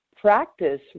practice